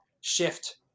shift